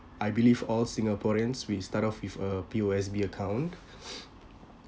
I believe all singaporeans we start off with a P_O_S_B account